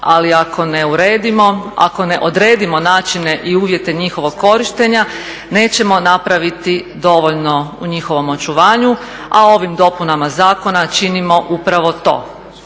ali ako ne uredimo, ako ne odredimo načine i uvjete njihovog korištenja nećemo napraviti dovoljno u njihovom očuvanju a ovim dopunama zakona činimo upravo to